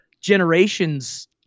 generation's